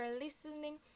listening